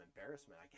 embarrassment